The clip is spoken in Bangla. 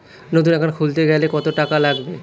নতুন একাউন্ট খুলতে গেলে কত টাকা লাগবে?